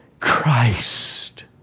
Christ